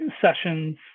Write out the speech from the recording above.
sessions